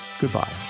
goodbye